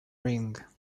ring